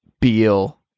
Beal